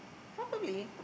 probably